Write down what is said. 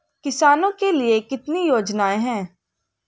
किसानों के लिए कितनी योजनाएं हैं?